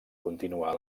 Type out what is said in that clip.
continuar